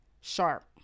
sharp